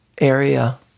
area